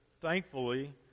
thankfully